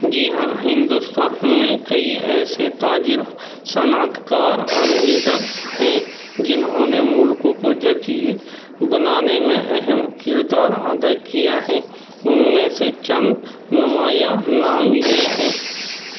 جی ہاں ہندوستان میں کئی ایسے تاجر صنعتکار اور لیڈر ہیں جنہوں نے ملک کو جدید بنانے میں اہم کردار ادا کیا ہے ان میں سے چند نمایاں نام یہ ہیں